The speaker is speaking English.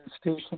Station